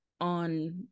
on